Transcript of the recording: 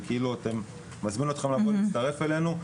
אני מזמין אתכם לבוא להצטרף אלינו,